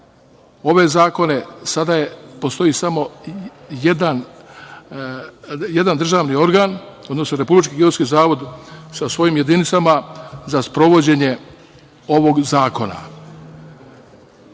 ove zakone, a sada postoji samo jedan državni organ, odnosno Republički geodetski zavod sa svojim jedinicama za sprovođenje ovog zakona. Novim